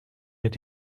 mit